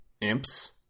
imps